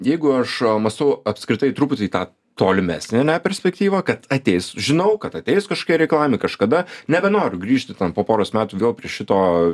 jeigu aš mąstau apskritai truputį į tą tolimesnę ane perspektyvą kad ateis žinau kad ateis kažkokie reikalavimai kažkada nebenoriu grįžti ten po poros metų vėl prie šito